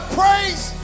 praise